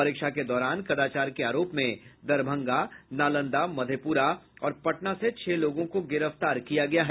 परीक्षा के दौरान कदाचार के आरोप में दरभंगा नालंदा मधेपुरा और पटना से छह लोगों को गिरफ्तार किया गया है